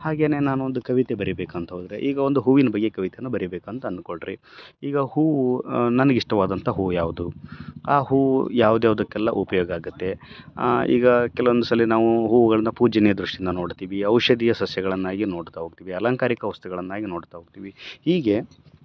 ಹಾಗೇ ನಾನೊಂದು ಕವಿತೆ ಬರಿಬೇಕು ಅಂತ ಹೋದ್ರೆ ಈಗ ಒಂದು ಹೂವಿನ ಬಗ್ಗೆ ಕವಿತೆಯನ್ನ ಬರಿಬೇಕು ಅಂತ ಅನ್ಕೊಳ್ರೀ ಈಗ ಹೂವು ನನ್ಗೆ ಇಷ್ಟವಾದಂಥ ಹೂವು ಯಾವುದು ಆ ಹೂವು ಯಾವ್ದು ಯಾವುದಕ್ಕೆಲ್ಲ ಉಪ್ಯೋಗವಾಗತ್ತೆ ಈಗ ಕೆಲವೊಂದ್ಸಲಿ ನಾವು ಹೂವುಗಳ್ನ ಪೂಜ್ಯನೀಯ ದೃಷ್ಟಿಯಿಂದ ನೋಡ್ತಿವಿ ಔಷಧೀಯ ಸಸ್ಯಗಳನ್ನಾಗಿ ನೋಡ್ತಾ ಹೋಗ್ತೀವಿ ಅಲಂಕಾರಿಕ ವಸ್ತುಗಳನ್ನಾಗಿ ನೋಡ್ತಾ ಹೋಗ್ತೀವಿ ಹೀಗೆ